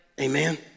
Amen